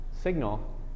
signal